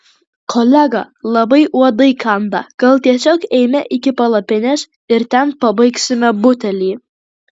kolega labai uodai kanda gal tiesiog eime iki palapinės ir ten pabaigsime butelį